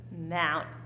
Mount